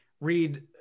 read